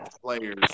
players